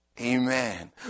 Amen